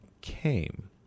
came